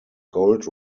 gold